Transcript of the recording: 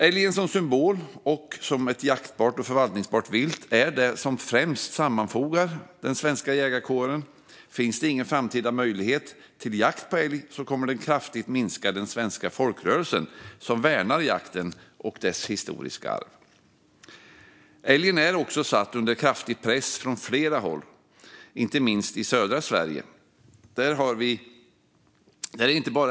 Älgen som symbol och som ett jaktbart och förvaltningsbart vilt är det som främst sammanfogar den svenska jägarkåren. Finns det ingen framtida möjlighet för jakt på älg kommer det att kraftigt minska den svenska folkrörelse som värnar jakten och dess historiska arv. Älgen är dessutom satt under kraftig press från flera håll, inte minst i södra Sverige.